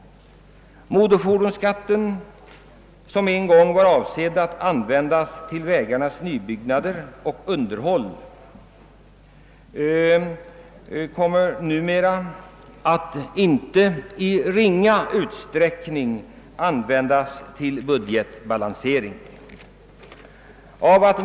Motorfordonsskatten, som en gång var avsedd att användas för utbyggande och underhåll av vägarna, kommer numera att i icke ringa utsträckning användas för budgetbalansering.